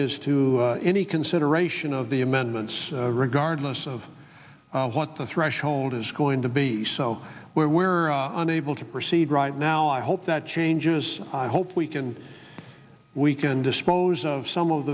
is to any consideration of the amendments regardless of what the threshold is going to be so where we're unable to proceed right now i hope that changes i hope we can we can dispose of some of